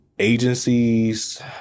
agencies